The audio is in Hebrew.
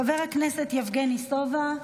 חבר הכנסת יבגני סובה,